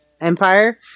Empire